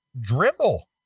dribble